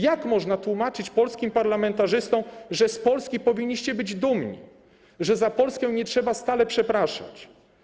Jak można tłumaczyć polskim parlamentarzystom, że z Polski powinniście być dumni, że za Polskę nie trzeba stale przepraszać?